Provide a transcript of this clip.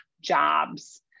jobs